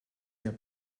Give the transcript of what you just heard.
der